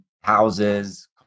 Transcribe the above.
houses